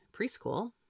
preschool